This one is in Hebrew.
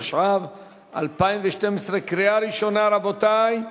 התשע"ב 2012. רבותי,